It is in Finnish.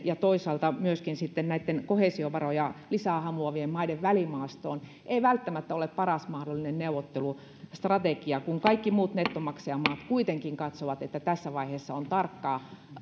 ja toisaalta näitten koheesiovaroja lisää hamuavien maiden välimaastoon ei välttämättä ole paras mahdollinen neuvottelustrategia kun kaikki muut nettomaksajamaat kuitenkin katsovat että tässä vaiheessa on